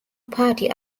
party